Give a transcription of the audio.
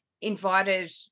invited